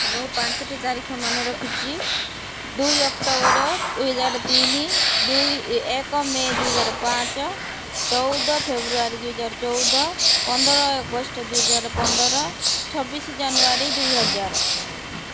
ମୁଁ ପାଞ୍ଚଟି ତାରିଖ ମନେ ରଖିଛି ଦୁଇ ଅକ୍ଟୋବର ଦୁଇ ହଜାର ତିନି ଦୁଇ ଏକ ମେ ଦୁଇହଜାର ପାଞ୍ଚ ଚଉଦ ଫେବୃଆରୀ ଦୁଇହଜାର ଚଉଦ ପନ୍ଦର ଅଗଷ୍ଟ ଦୁଇ ହଜାର ପନ୍ଦର ଛବିଶି ଜାନୁଆରୀ ଦୁଇହଜାର